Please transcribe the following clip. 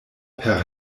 per